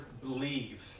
believe